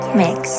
mix